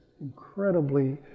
incredibly